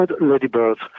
ladybirds